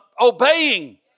obeying